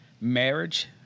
Marriage